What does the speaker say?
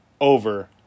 over